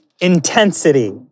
intensity